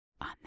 on